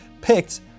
picked